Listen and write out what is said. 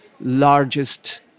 largest